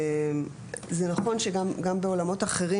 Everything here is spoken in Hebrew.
זה נכון שגם בעולמות אחרים,